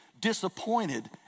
disappointed